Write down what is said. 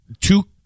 Two